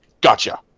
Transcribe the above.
Gotcha